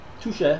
Touche